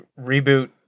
reboot